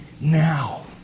now